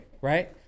Right